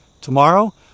Tomorrow